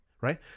right